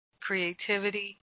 creativity